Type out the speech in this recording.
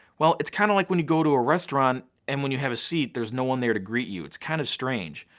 well it's kind of like when you go to a restaurant and when you have a seat, there's no one there to greet you, it's kind of strange.